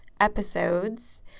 episodes